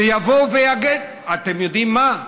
שיבואו, אתם יודעים מה?